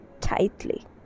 Tightly